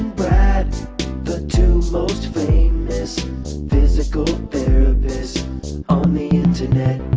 brad the two most famous physical therapists on the internet